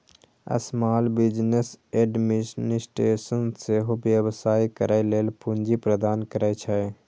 small business administration सेहो व्यवसाय करै लेल पूंजी प्रदान करै छै